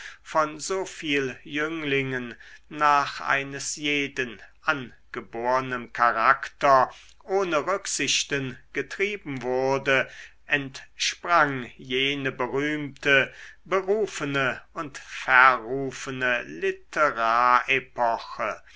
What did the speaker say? von so viel jünglingen nach eines jeden angebornem charakter ohne rücksichten getrieben wurde entsprang jene berühmte berufene und verrufene